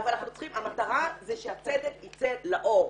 אבל המטרה היא שהצדק ייצא לאור,